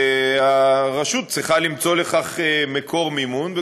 הרשות צריכה למצוא לכך מקור מימון,